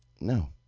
no